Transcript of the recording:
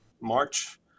March